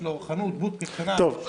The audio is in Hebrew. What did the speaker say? יש לו חנות --- טוב,